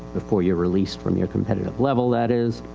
before youire released from your competitive level that is.